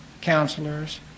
counselors